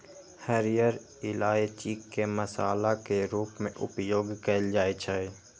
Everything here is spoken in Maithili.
हरियर इलायची के मसाला के रूप मे उपयोग कैल जाइ छै